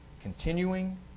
continuing